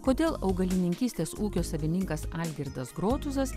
kodėl augalininkystės ūkio savininkas algirdas grotuzas